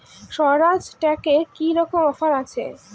স্বরাজ ট্র্যাক্টরে কি রকম অফার আছে?